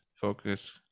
focus